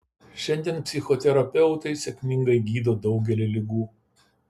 šiandien psichoterapeutai sėkmingai gydo daugelį ligų